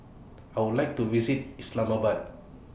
I Would like to visit Islamabad